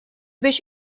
beş